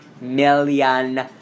million